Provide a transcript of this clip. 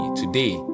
today